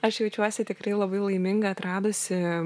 aš jaučiuosi tikrai labai laiminga atradusi